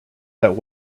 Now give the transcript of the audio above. that